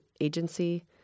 agency